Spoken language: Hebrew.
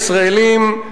שואלת.